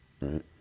right